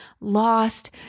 lost